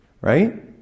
right